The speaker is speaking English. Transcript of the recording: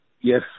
Yes